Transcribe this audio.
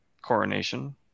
coronation